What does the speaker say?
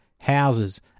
houses